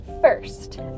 first